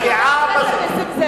"חיזבאללה"